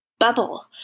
bubble